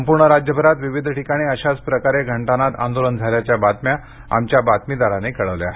संपूर्ण राज्यभरात विविध ठिकाणी अशाच प्रकारे घंटानाद आंदोलन झाल्याच्या बातम्या आमच्या बातमीदारांनी कळवल्या आहेत